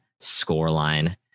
scoreline